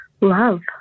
love